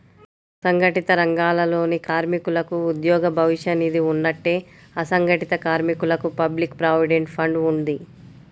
సంఘటిత రంగాలలోని కార్మికులకు ఉద్యోగ భవిష్య నిధి ఉన్నట్టే, అసంఘటిత కార్మికులకు పబ్లిక్ ప్రావిడెంట్ ఫండ్ ఉంది